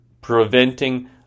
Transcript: preventing